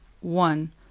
one